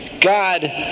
God